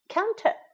Counter